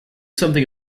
something